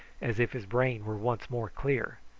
as if his brain were once more clear.